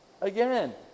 again